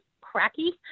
cracky